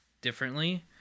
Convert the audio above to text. differently